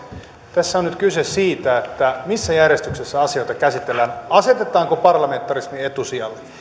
tässä on nyt kyse siitä missä järjestyksessä asioita käsitellään asetetaanko parlamentarismi etusijalle